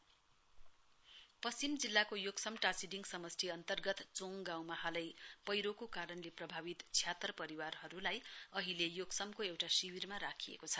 landslide west पश्चिम जिल्लाको योक्सम टाशीडिङ समष्टि अन्तर्गत चोङ गाउँमा हालै पैह्रोको कारणले प्रभावित छ्यातर परिवारहरूलाई अहिले योक्समको एउटा शिविरमा राखिएको छ